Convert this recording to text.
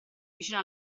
vicino